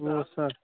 وُہ ساس